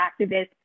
activists